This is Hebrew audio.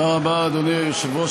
אדוני היושב-ראש,